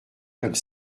comme